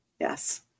Yes